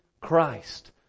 Christ